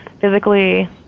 physically